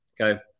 Okay